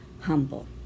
humble